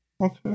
Okay